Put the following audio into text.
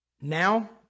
Now